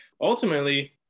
ultimately